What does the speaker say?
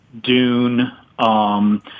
Dune